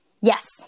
Yes